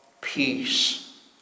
peace